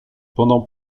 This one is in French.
pendant